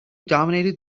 dominated